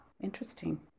interesting